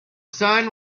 sun